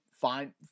fine